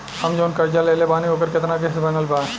हम जऊन कर्जा लेले बानी ओकर केतना किश्त बनल बा?